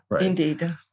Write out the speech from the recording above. Indeed